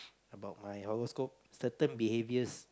about my horoscope certain behaviors